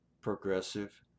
progressive